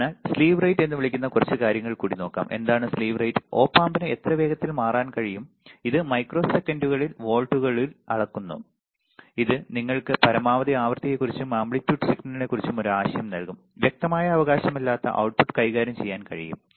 അതിനാൽ slew rate എന്ന് വിളിക്കുന്ന കുറച്ച് കാര്യങ്ങൾ കൂടി നോക്കാം എന്താണ് സ്ലീവ് റേറ്റ് ഓപ് ആമ്പിന് എത്ര വേഗത്തിൽ മാറാൻ കഴിയും ഇത് മൈക്രോസെക്കൻഡിൽ വോൾട്ടുകളിൽ അളക്കുന്നു ഇത് നിങ്ങൾക്ക് പരമാവധി ആവൃത്തിയെക്കുറിച്ചും ആംപ്ലിറ്റ്യൂഡ് സിഗ്നലിനെക്കുറിച്ചും ഒരു ആശയം നൽകും വികൃതമായ അവകാശമില്ലാതെ output കൈകാര്യം ചെയ്യാൻ കഴിയും